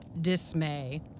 dismay